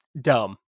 dumb